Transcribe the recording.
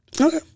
Okay